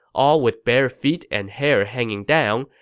all with bare feet and hair hanging down,